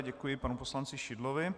Děkuji panu poslanci Šidlovi.